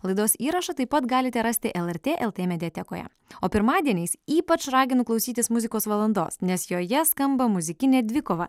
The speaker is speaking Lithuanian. laidos įrašą taip pat galite rasti lrt lt mediatekoje o pirmadieniais ypač raginu klausytis muzikos valandos nes joje skamba muzikinė dvikova